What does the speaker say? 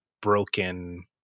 broken